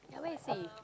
yeah where is he